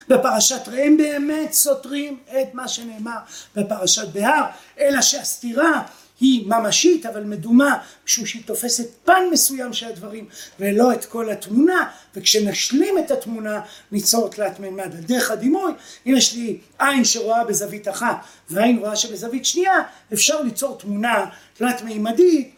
‫בפרשת ראה הם באמת סותרים ‫את מה שנאמר בפרשת בהר, ‫אלא שהסתירה היא ממשית, ‫אבל מדומה, ‫משום שהיא תופסת פן מסוים של הדברים ‫ולא את כל התמונה, ‫וכשנשלים את התמונה, ‫ניצור תלת מימד. ‫על דרך הדימוי, ‫אם יש לי עין שרואה בזווית אחה ‫ועין רואה שבזווית שנייה, ‫אפשר ליצור תמונה תלת מימדי